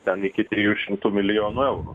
ten iki trijų šimtų milijonų eurų